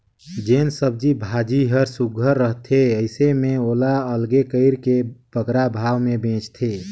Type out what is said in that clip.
जेन सब्जी भाजी हर सुग्घर रहथे अइसे में ओला अलगे कइर के बगरा भाव में बेंचथें